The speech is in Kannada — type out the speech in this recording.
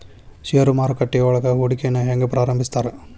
ಷೇರು ಮಾರುಕಟ್ಟೆಯೊಳಗ ಹೂಡಿಕೆನ ಹೆಂಗ ಪ್ರಾರಂಭಿಸ್ತಾರ